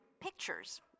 pictures